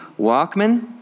Walkman